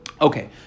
Okay